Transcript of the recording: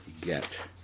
get